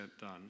done